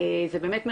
בדרך לכאן,